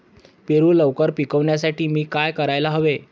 पेरू लवकर पिकवण्यासाठी मी काय करायला हवे?